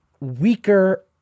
weaker